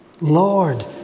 Lord